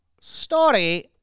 story